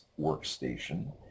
workstation